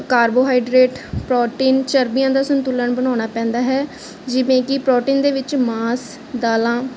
carbohydrate protein ਚਰਬੀਆਂ ਦਾ ਸੰਤੁਲਨ ਬਣਾਉਣਾ ਪੈਂਦਾ ਹੈ ਜਿਵੇਂ ਕਿ ਪ੍ਰੋਟੀਨ ਦੇ ਵਿੱਚ ਮਾਸ ਦਾਲਾਂ